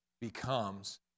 becomes